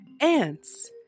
ants